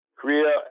Korea